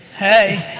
hey.